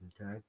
Okay